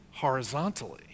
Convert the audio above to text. horizontally